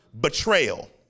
betrayal